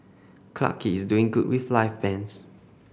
Clarke Quay is doing good with live bands